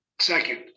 Second